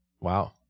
Wow